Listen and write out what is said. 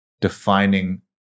defining